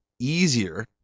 easier